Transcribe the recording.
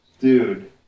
Dude